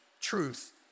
truth